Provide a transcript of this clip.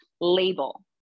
label